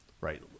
right